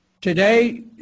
Today